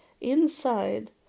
inside